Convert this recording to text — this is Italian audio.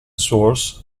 source